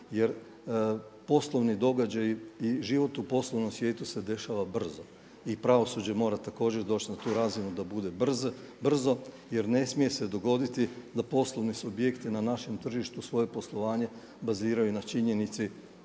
Jer poslovni događaji i život u poslovnom svijetu se dešava brzo i pravosuđe mora također doći na tu razinu da bude brzo. Jer ne smije se dogoditi da poslovni subjekti na našem tržištu svoje poslovanje baziraju na činjenici